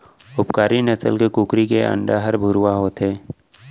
उपकारी नसल के कुकरी के अंडा हर भुरवा होथे